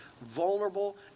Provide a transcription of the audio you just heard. vulnerable